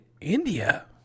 India